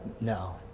No